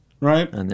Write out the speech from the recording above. Right